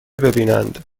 ببینند